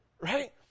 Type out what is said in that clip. right